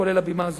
כולל הבימה הזאת.